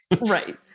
Right